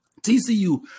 TCU